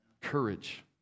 courage